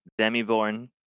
demiborn